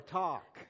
talk